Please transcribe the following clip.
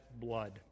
blood